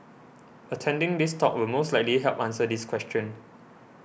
attending this talk will most likely help answer this question